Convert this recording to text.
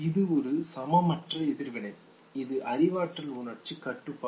இது ஒரு சமமற்ற எதிர்வினை இது அறிவாற்றல் உணர்ச்சி கட்டுப்பாடு